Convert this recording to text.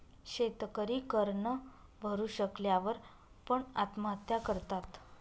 शेतकरी कर न भरू शकल्या वर पण, आत्महत्या करतात